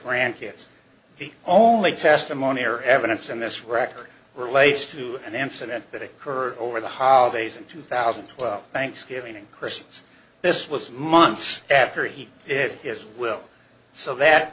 grandkids the only testimony or evidence in this record relates to an incident that occurred over the holidays in two thousand thanksgiving and christmas this was months after he did his will so that